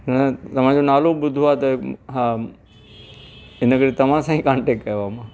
न तव्हांजो नालो ॿुधो आहे त हा इन करे तव्हां सां ई कान्टेक्ट कयो आहे मां